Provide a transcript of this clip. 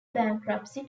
bankruptcy